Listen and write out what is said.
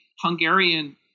Hungarian